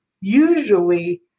usually